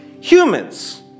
humans